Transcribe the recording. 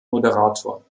moderator